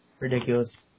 Ridiculous